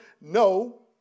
No